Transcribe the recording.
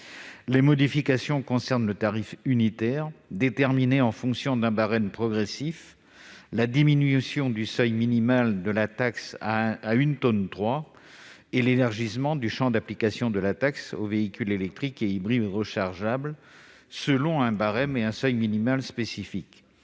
proposés concernent le tarif unitaire, déterminé en fonction d'un barème progressif, la diminution du seuil minimal de la taxe à 1,3 tonne et l'élargissement du champ d'application de la taxe aux véhicules électriques et hybrides rechargeables selon un barème et un seuil minimal spécifiques.